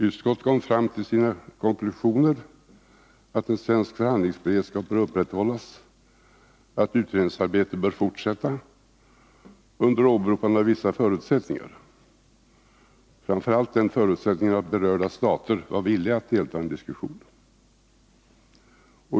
Utskottet kom fram till sina konklusioner att en svensk förhandlingsberedskap bör upprätthållas och att utredningsarbetet bör fortsätta, under åberopande av vissa förutsättningar — framför allt den förutsättningen att berörda stater var villiga att delta i en diskussion.